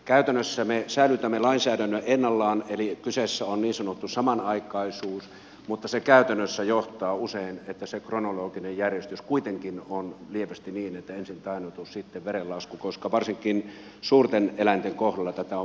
käytännössä me säilytämme lainsäädännön ennallaan eli kyseessä on niin sanottu samanaikaisuus mutta se käytännössä johtaa usein siihen että se kronologinen järjestys kuitenkin on lievästi niin että ensin tainnutus sitten verenlasku koska varsinkin suurten eläinten kohdalla tätä on vaikea toteuttaa